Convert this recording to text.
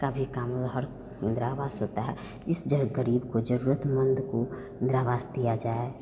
का भी काम हर इंद्रा आवास होता है इस ज ग़रीब को ज़रूरतमंद को इंद्रा आवास दिया जाए